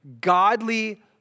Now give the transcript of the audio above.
godly